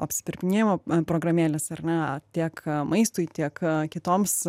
apsipirkinėjimo programėlės ar ne tiek maistui tiek kitoms